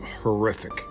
horrific